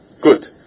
good